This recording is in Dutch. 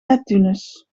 neptunus